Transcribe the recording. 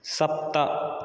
सप्त